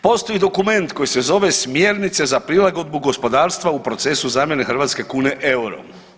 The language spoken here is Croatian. Postoji dokument koji se zove Smjernice za prilagodbu gospodarstva u procesu zamjene hrvatske kune eurom.